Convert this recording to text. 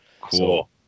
cool